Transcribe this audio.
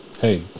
Hey